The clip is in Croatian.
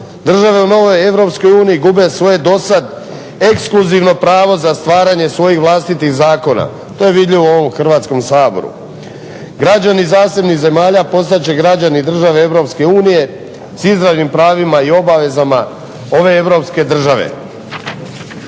Države u novoj EU gube svoje dosad ekskluzivno pravo za stvaranje svojih vlastitih zakona. To je vidljivo u ovom Hrvatskom saboru. Građani zasebnih zemalja postat će građani države EU s izravnim pravima i obavezama ove europske države.